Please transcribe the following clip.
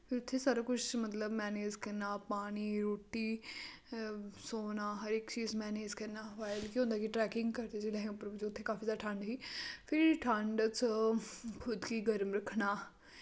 फिर उत्थे सारा कुछ मतलव मैनेज करना पानी रुट्टी सौना हर इक चीज मैनेज करना केह् होंदा कि ट्रैकिंग करदे जिसलै अस उप्पर पुज्जे उत्थै काफी जैदा ठंड ही फिरि ठंड च खुध्द गी गर्म रक्खना